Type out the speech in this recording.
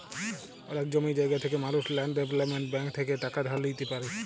অলেক জমি জায়গা থাকা মালুস ল্যাল্ড ডেভেলপ্মেল্ট ব্যাংক থ্যাইকে টাকা ধার লিইতে পারি